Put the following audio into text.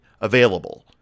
Available